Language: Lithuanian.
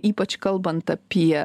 ypač kalbant apie